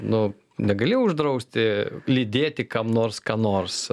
nu negali uždrausti lydėti kam nors ką nors